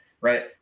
right